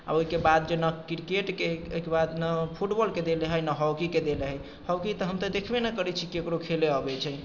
आ ओहिके बाद जे न क्रिकेटके ओहिके बाद न फुटबॉलके देल हइ न हॉकीके देल हइ हॉकी तऽ हम देखबे नहि करैत छी ककरो खेलय अबैत छै